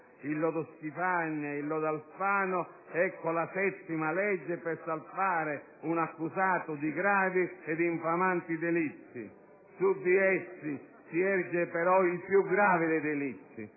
il lodo Schifani e il lodo Alfano, ecco la settima legge per salvare un accusato di gravi ed infamanti delitti. Su di essi si erge però il più grave dei delitti,